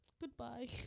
goodbye